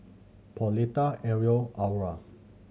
Pauletta Ariel Aura